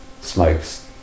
smokes